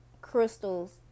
crystals